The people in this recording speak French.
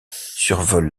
survole